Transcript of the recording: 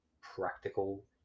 practical